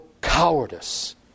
cowardice